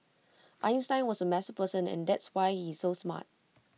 Einstein was A messy person and that's why he's so smart